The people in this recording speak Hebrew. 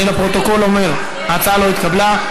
אני לפרוטוקול אומר, ההצעה לא התקבלה.